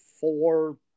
four